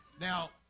Now